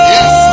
Yes